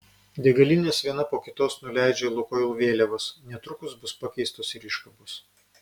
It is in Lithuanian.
degalinės viena po kitos nuleidžia lukoil vėliavas netrukus bus pakeistos ir iškabos